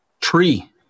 tree